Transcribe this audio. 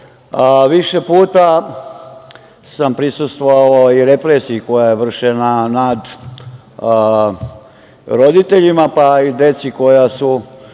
puta sam prisustvovao i represiji koja je vršena nad roditeljima, pa i deci koja su